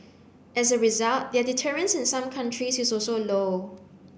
as a result their deterrence in some countries is also low